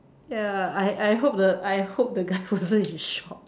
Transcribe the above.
ya I I hope the I hope the guy wasn't in shock